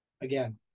Again